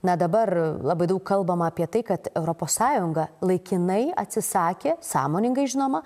na dabar labai daug kalbama apie tai kad europos sąjunga laikinai atsisakė sąmoningai žinoma